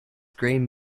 green